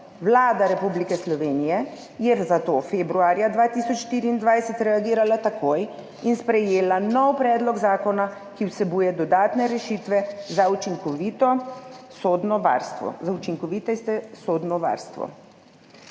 Vlada Republike Slovenije je zato februarja 2024 takoj reagirala in sprejela nov predlog zakona, ki vsebuje dodatne rešitve za učinkovitejše sodno varstvo.